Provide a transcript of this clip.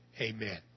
Amen